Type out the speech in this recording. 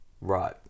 Right